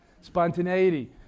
Spontaneity